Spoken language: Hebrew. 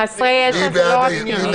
חסרי ישע זה לא רק קטינים.